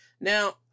Now